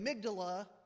amygdala